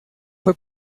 fue